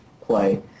play